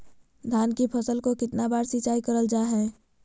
धान की फ़सल को कितना बार सिंचाई करल जा हाय?